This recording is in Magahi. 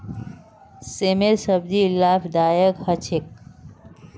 सेमेर सब्जी लाभदायक ह छेक